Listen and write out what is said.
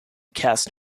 cast